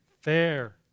fair